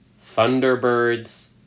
thunderbirds